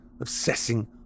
obsessing